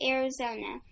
Arizona